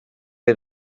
wir